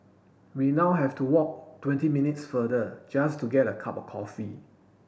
we now have to walk twenty minutes farther just to get a cup of coffee